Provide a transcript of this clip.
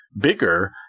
bigger